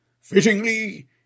Fittingly